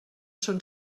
són